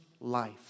life